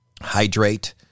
hydrate